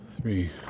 three